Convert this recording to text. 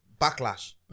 backlash